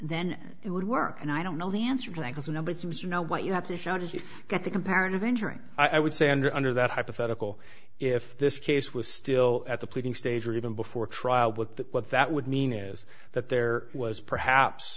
then it would work and i don't know the answer to that was a number three was you know what you have to show did you get the comparative injuring i would say under under that hypothetical if this case was still at the pleading stage or even before trial with that what that would mean is that there was perhaps